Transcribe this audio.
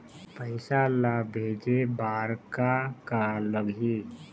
पैसा ला भेजे बार का का लगही?